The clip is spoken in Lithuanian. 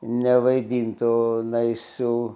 nevaidintų naisių